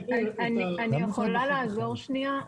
אני יכולה לעזור שנייה?